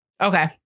Okay